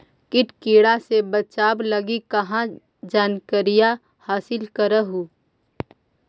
किट किड़ा से बचाब लगी कहा जानकारीया हासिल कर हू?